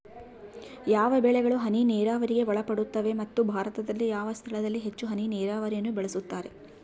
ಯಾವ ಬೆಳೆಗಳು ಹನಿ ನೇರಾವರಿಗೆ ಒಳಪಡುತ್ತವೆ ಮತ್ತು ಭಾರತದಲ್ಲಿ ಯಾವ ಸ್ಥಳದಲ್ಲಿ ಹೆಚ್ಚು ಹನಿ ನೇರಾವರಿಯನ್ನು ಬಳಸುತ್ತಾರೆ?